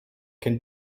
can